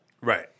Right